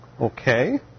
Okay